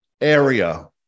area